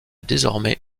désormais